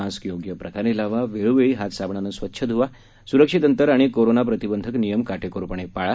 mask योग्य प्रकारे लावा वेळोवेळी हात साबणाने स्वच्छ ध्वा सुरक्षित अंतर आणि कोरोना प्रतिबंधक नियम काटेकोरपणे पाळा